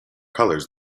colors